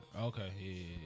Okay